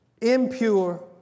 impure